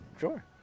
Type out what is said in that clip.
Sure